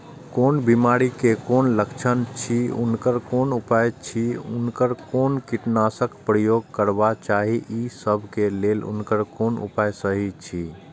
कोन बिमारी के कोन लक्षण अछि उनकर कोन उपाय अछि उनकर कोन कीटनाशक प्रयोग करबाक चाही ई सब के लेल उनकर कोन उपाय सहि अछि?